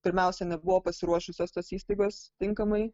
pirmiausia nebuvo pasiruošusios tos įstaigos tinkamai